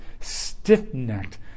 stiff-necked